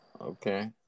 okay